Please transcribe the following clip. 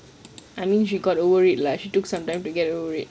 I mean she got over it lah she took some time to get over it